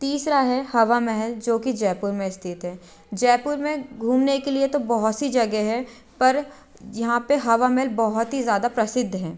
तीसरा है हवा महल जो कि जयपुर में स्थित है जयपुर में घूमने के लिए तो बहुत सी जगहें हैं पर यहाँ पर हवा महल बहुत ही ज़्यादा प्रसिद्ध है